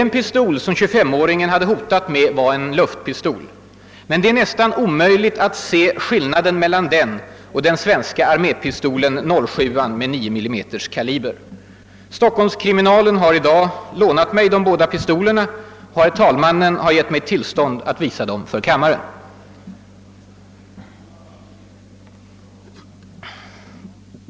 Den pistol som 25-åringen hade hotat med var en luftpistol. Men det är nästan omöjligt att se skillnaden mellan den och den svenska armépistolen 07:an med 9 mm kaliber. Stockholmskriminalen har i dag lånat mig de båda pistolerna, och herr talmannen har gett mig tillstånd att visa dem för kammaren.